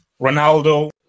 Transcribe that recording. Ronaldo